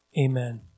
Amen